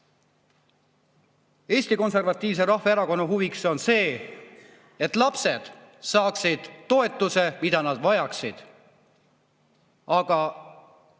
Eesti Konservatiivse Rahvaerakonna huviks on see, et lapsed saaksid toetuse, mida nad vajavad. Aga